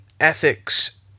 ethics